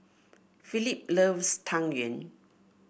Phillip loves Tang Yuen